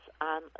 on